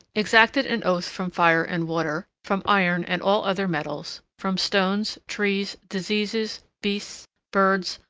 exacted an oath from fire and water, from iron and all other metals, from stones, trees, diseases, beasts, birds,